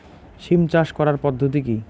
সিম চাষ করার পদ্ধতি কী?